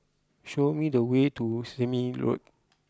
show me the way to Sime Road